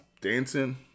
dancing